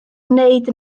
wneud